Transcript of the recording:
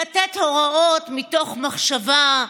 לתת הוראות מתוך מחשבה,